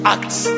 Acts